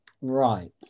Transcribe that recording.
Right